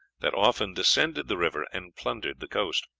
that often descended the river and plundered the coast.